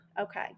okay